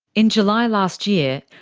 in july last year,